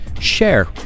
share